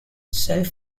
self